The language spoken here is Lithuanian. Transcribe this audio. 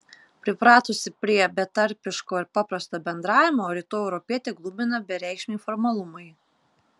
pripratusį prie betarpiško ir paprasto bendravimo rytų europietį glumina bereikšmiai formalumai